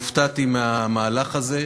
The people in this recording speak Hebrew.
והופתעתי מהמהלך הזה.